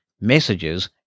messages